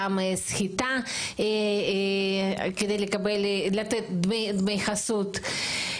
גם עבירות סחיטה כדי לתת דמי חסות.